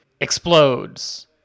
explodes